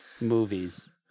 movies